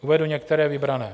Uvedu některé vybrané.